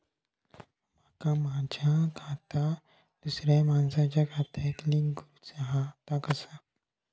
माका माझा खाता दुसऱ्या मानसाच्या खात्याक लिंक करूचा हा ता कसा?